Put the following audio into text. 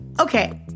Okay